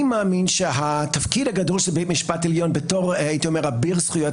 אני מאמין שהתפקיד הגדול של בית המשפט העליון בתור אביר זכויות